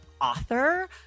author